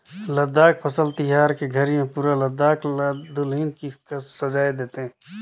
लद्दाख फसल तिहार के घरी मे पुरा लद्दाख ल दुलहिन कस सजाए देथे